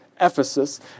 Ephesus